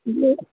ह